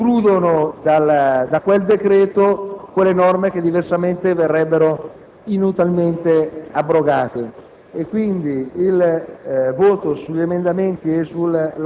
Non so se se vi siete resi conto che con il vostro voto, sopratutto votando contro l'emendamento 5.100, avete statuito questo principio: